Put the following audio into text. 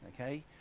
okay